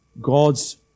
God's